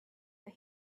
that